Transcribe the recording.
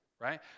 right